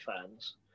fans